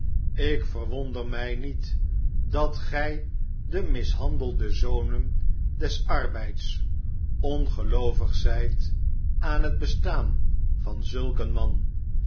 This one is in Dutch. ik verwonder mij niet dat gij de mishandelde zonen des arbeids ongeloovig zijt aan het bestaan van zulk een man